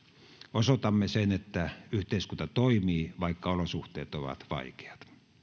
osoitamme sen että yhteiskunta toimii vaikka olosuhteet ovat vaikeat